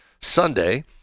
Sunday